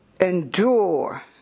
endure